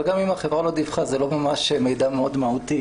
אבל גם אם החברה לא דיווחה זה לא ממש מידע מאוד מהותי